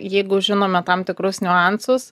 jeigu žinome tam tikrus niuansus